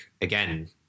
again